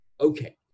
Okay